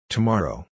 Tomorrow